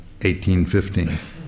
1815